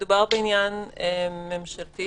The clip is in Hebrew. מדובר בעניין ממשלתי,